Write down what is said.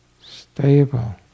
stable